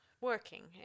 working